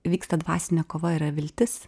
vyksta dvasinė kova yra viltis